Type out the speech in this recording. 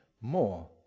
more